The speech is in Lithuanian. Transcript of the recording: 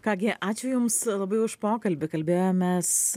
ką gi ačiū jums labai už pokalbį kalbėjomės